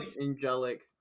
angelic